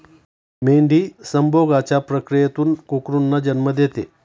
मेंढी संभोगाच्या प्रक्रियेतून कोकरूंना जन्म देते